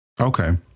Okay